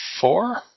four